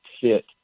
fit